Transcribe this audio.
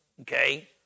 Okay